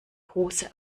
hose